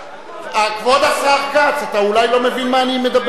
כבוד השר כץ, אתה אולי לא מבין מה אני מדבר.